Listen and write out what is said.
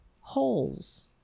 holes